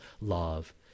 love